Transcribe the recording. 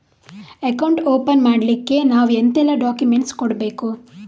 Account open ಮಾಡ್ಲಿಕ್ಕೆ ನಾವು ಎಂತೆಲ್ಲ ಡಾಕ್ಯುಮೆಂಟ್ಸ್ ಕೊಡ್ಬೇಕು?